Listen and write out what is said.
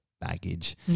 baggage